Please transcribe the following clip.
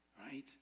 right